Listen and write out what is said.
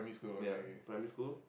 ya primary school